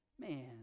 Man